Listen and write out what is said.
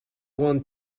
want